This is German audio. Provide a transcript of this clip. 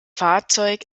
fahrzeug